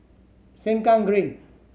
Sengkang Green